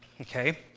Okay